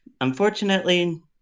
unfortunately